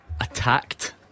attacked